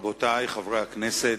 רבותי חברי הכנסת,